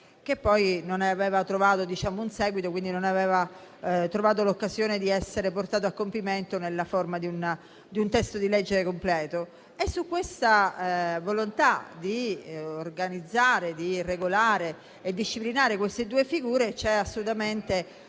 che poi non aveva trovato un seguito, ossia l'occasione di essere portato a compimento nella forma di un testo di legge completo. Sulla volontà di organizzare, regolare e disciplinare le due figure c'è assolutamente